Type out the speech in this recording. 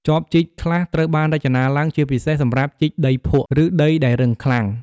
ចបជីកខ្លះត្រូវបានរចនាឡើងជាពិសេសសម្រាប់ជីកដីភក់ ឬដីដែលរឹងខ្លាំង។